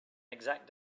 exact